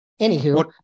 Anywho